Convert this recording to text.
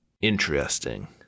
Interesting